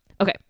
Okay